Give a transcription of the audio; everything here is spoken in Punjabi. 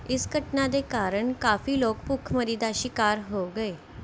ਇਸ ਘਟਨਾ ਦੇ ਕਾਰਨ ਕਾਫੀ ਲੋਕ ਭੁੱਖਮਰੀ ਦਾ ਸ਼ਿਕਾਰ ਹੋ ਗਏ